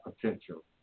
potential